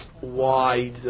wide